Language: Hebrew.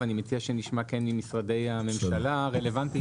אני מציע שנשמע ממשרדי הממשלה הרלוונטיים